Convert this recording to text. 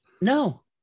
No